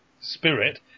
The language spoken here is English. spirit